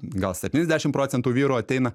gal septyniasdešim procentų vyrų ateina